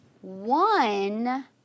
one